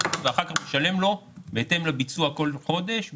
הזאת בהרשאה ואחר כך משלם לו בהתאם לביצוע כל חודש במזומן.